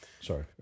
Sorry